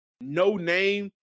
no-name